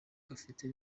gafite